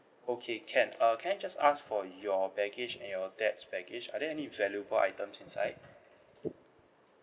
okay can uh can I just ask for your baggage and your dad's baggage are there any valuable items inside